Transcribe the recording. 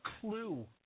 clue